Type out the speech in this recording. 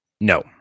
No